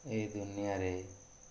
ଏଇ ଦୁନିଆରେ